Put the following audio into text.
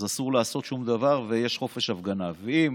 אז אסור לעשות שום דבר ויש חופש הפגנה, ואם